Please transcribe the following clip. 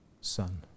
son